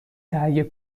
تهیه